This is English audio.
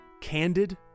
candid